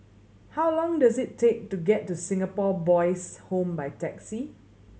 how long does it take to get to Singapore Boys' Home by taxi